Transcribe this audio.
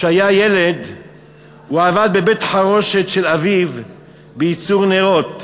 שכשהוא היה ילד הוא עבד בבית-החרושת של אביו בייצור נרות.